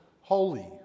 holy